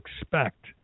expect